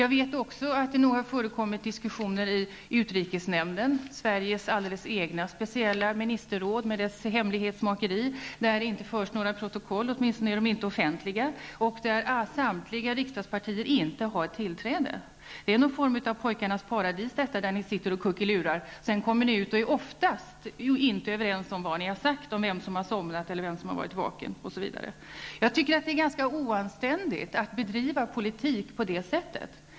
Jag vet också att det har förekommit diskussioner i utrikesnämnden -- Sveriges alldeles egna speciella ministerråd med dess hemlighetsmakeri och där det inte förs några protokoll, åtminstone är de inte offentliga -- där samtliga riksdagspartier inte har tillträde. Det är någon form av pojkarnas paradis där ni sitter och kuckelurar. Sedan kommer ni ut och är oftast inte överens om vad ni har sagt, vem som har somnat eller varit vaken osv. Jag tycker att det är ganska oanständigt att bedriva politik på det sättet.